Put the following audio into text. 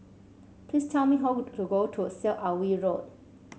please tell me how to go to Syed Alwi Road